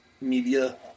media